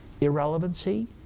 irrelevancy